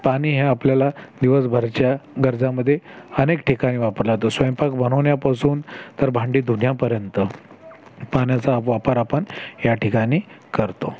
पाणी हे आपल्याला दिवसभराच्या गरजांमध्ये अनेक ठिकाणी वापरल्या जातो स्वयंपाक बनवण्यापासून तर भांडी धुण्यापर्यंत पाण्याचा वापर आपण या ठिकाणी करतो